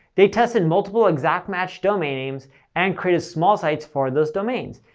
they tested multiple exact-match domain names and created small sites for those domains.